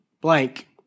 blank